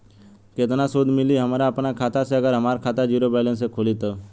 केतना सूद मिली हमरा अपना खाता से अगर हमार खाता ज़ीरो बैलेंस से खुली तब?